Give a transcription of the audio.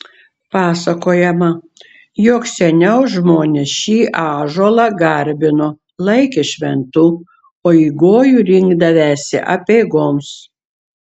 pasakojama jog seniau žmonės šį ąžuolą garbino laikė šventu o į gojų rinkdavęsi apeigoms